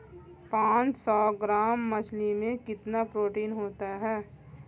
पांच सौ ग्राम मछली में कितना प्रोटीन होता है?